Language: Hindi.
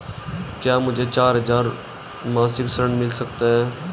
क्या मुझे चार हजार मासिक ऋण मिल सकता है?